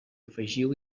afegiu